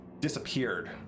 disappeared